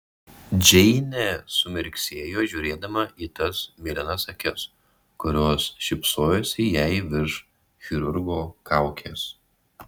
džeinė sumirksėjo žiūrėdama į tas mėlynas akis kurios šypsojosi jai virš chirurgo kaukės